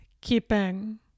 keeping